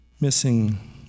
missing